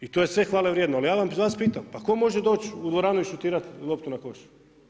I to je sve hvale vrijedno, ali ja vas pitam, pa tko može doći u dvoranu i šutirat loptu na koš?